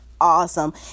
awesome